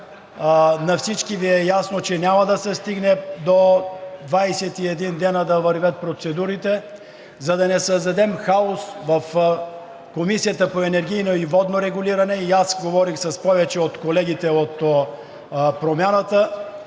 на всички Ви е ясно, че няма да се стигне до 21 дни да вървят процедурите. За да не създадем хаос в Комисията за енергийно и водно регулиране – аз говорих с повече от колегите от „Промяната“,